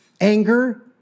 anger